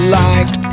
liked